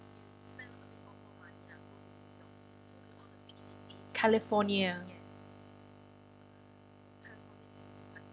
california